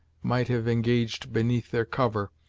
might have engaged beneath their cover,